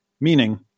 meaning